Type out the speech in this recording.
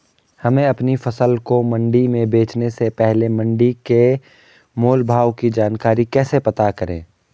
हमें अपनी फसल को मंडी में बेचने से पहले मंडी के मोल भाव की जानकारी कैसे पता करें?